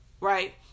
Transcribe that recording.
right